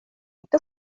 inte